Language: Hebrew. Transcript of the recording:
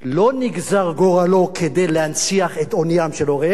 לא נגזר גורלו להנציח את עוניים של הוריו,